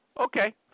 Okay